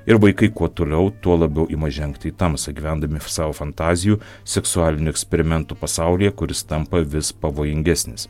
ir vaikai kuo toliau tuo labiau ima žengti į tamsą gyvendami savo fantazijų seksualinių eksperimentų pasaulyje kuris tampa vis pavojingesnis